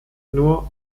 nur